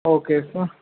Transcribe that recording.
okay sir